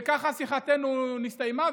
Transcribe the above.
וככה שיחתנו נסתיימה.